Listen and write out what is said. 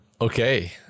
Okay